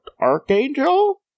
Archangel